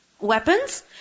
weapons